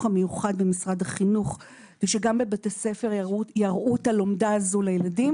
המיוחד במשרד החינוך שגם בבתי הספר יראו את הלומדה הזאת לילדים.